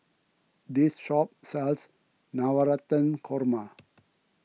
this shop sells Navratan Korma